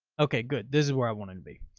okay, good. this is where i wanted to be.